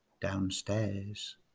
Downstairs